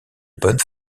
bonne